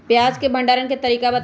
प्याज के भंडारण के तरीका बताऊ?